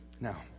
Now